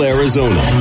Arizona